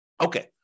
Okay